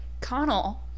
Connell